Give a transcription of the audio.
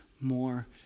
more